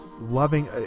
loving